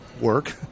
work